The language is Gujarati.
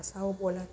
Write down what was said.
ભાષાઓ બોલાતી